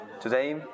Today